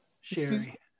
Sherry